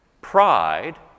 Pride